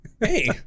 Hey